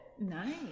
Nice